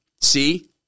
See